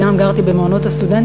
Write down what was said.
וגם אני גרתי במעונות הסטודנטים,